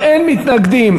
מתנגדים,